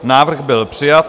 Návrh byl přijat.